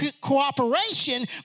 cooperation